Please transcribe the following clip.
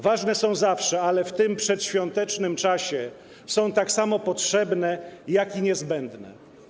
Ważne są zawsze, ale w tym przedświątecznym czasie są zarówno potrzebne, jak i niezbędne.